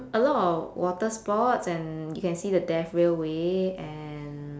a lot of water sports and you can see the death railway and